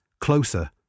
closer